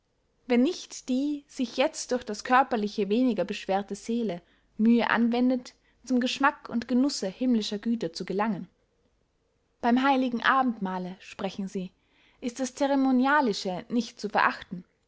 wenn nicht die sich jetzt durch das körperliche weniger beschwerte seele mühe anwendet zum geschmack und genusse himmlischer güter zu gelangen beym heiligen abendmahle sprechen sie ist das ceremonialische nicht zu verachten